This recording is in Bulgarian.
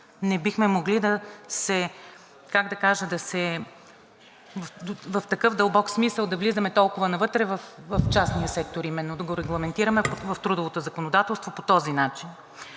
Не бихме могли, как да кажа, в такъв дълбок смисъл да влизаме толкова навътре в частния сектор, именно да го регламентираме в трудовото законодателство по този начин.